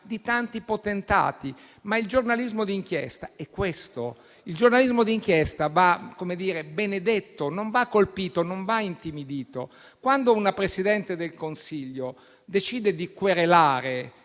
di tanti potentati. Ma il giornalismo d'inchiesta è questo; il giornalismo di inchiesta va benedetto, non va colpito, non va intimidito. Quando una Presidente del Consiglio decide di querelare